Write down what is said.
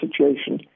situation